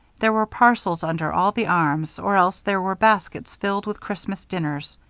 there were parcels under all the arms or else there were baskets filled with christmas dinners.